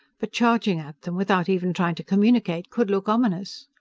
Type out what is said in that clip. but charging at them without even trying to communicate could look ominous.